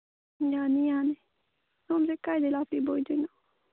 ꯌꯥꯅꯤ ꯌꯥꯅꯤ ꯁꯣꯝꯁꯦ ꯀꯥꯏꯗꯩ ꯂꯥꯛꯄꯤꯕ ꯑꯣꯏꯗꯣꯏꯅꯣ